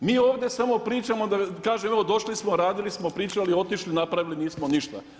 Gospodo mi ovdje samo pričamo da kažem evo došli smo, radili smo, pričali, otišli, napravili nismo ništa.